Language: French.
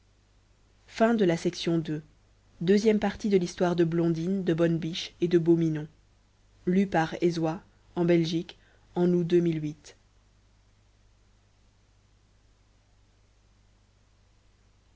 tous les désirs de blondine de bonne biche et de beau minon le